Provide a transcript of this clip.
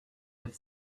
have